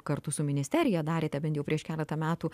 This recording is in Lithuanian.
kartu su ministerija darėte bent prieš keletą metų